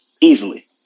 easily